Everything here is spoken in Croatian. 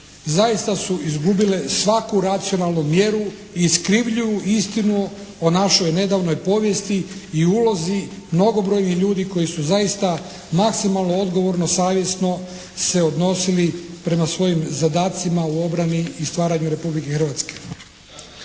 zaista su izgubile svaku racionalnu mjeru, iskrivljuju istinu o našoj nedavnoj povijesti i ulozi mnogobrojnih ljudi koji su zaista maksimalno odgovorno, savjesno se odnosili prema svojim zadacima u obrani i stvaranju Republike Hrvatske.